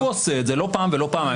והוא עושה את זה לא פעם ולא פעמיים,